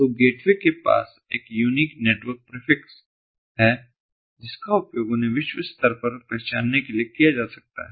तो गेटवे के पास एक यूनीक नेटवर्क प्रीफिक्स है जिसका उपयोग उन्हें विश्व स्तर पर पहचानने के लिए किया जा सकता है